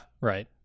right